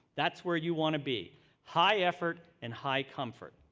that's where you want to be high effort and high comfort.